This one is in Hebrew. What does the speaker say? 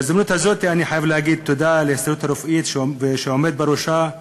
בהזדמנות הזאת אני חייב להגיד תודה להסתדרות הרפואית ולעומד בראשה,